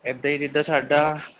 ਇੱਦਾਂ ਹੀ ਜਿੱਦਾਂ ਸਾਡਾ